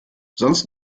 sonst